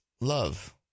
love